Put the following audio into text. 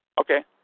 Okay